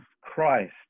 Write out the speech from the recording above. Christ